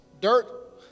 dirt